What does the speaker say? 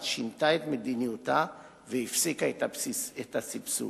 שינתה את מדיניותה והפסיקה את הסבסוד.